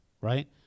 right